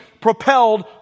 propelled